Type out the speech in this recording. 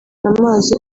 amazi